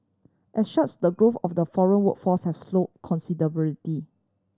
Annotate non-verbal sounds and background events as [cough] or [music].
as such the growth of the foreign workforce has slow [unintelligible]